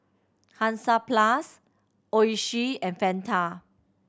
Hansaplast Oishi and Fanta